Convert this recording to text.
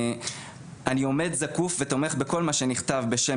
אני עומד זקוף ותומך בכל מה שנכתב בשם